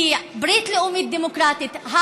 כי ברית לאומית דמוקרטית,